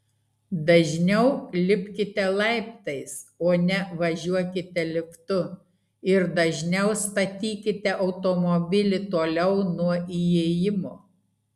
dažniau lipkite laiptais o ne važiuokite liftu ir dažniau statykite automobilį toliau nuo įėjimo